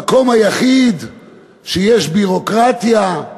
זה המקום היחיד שיש בו ביורוקרטיה,